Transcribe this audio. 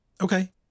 Okay